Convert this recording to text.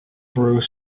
through